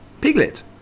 Piglet